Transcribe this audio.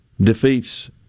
defeats